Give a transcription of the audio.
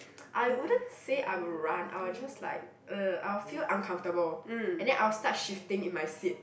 I wouldn't say I would run I will just like uh I will feel uncomfortable and then I will start shifting in my seat